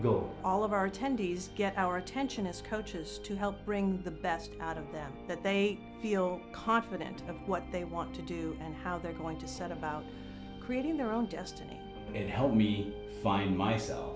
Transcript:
go all of our attendees get our attention as coaches to help bring the best out of them that they feel confident of what they want to do and how they're going to set about creating their own destiny and help me find myself